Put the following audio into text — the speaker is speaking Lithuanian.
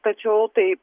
tačiau tai